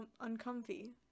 Uncomfy